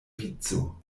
vico